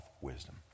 wisdom